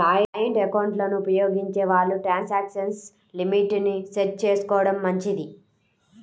joint ఎకౌంట్లను ఉపయోగించే వాళ్ళు ట్రాన్సాక్షన్ లిమిట్ ని సెట్ చేసుకోడం మంచిది